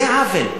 עוול.